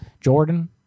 Jordan